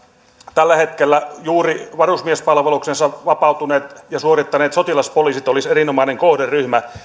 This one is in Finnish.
tällä hetkellä juuri varusmiespalveluksesta vapautuneet ja sen suorittaneet sotilaspoliisit olisivat erinomainen kohderyhmä